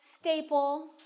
staple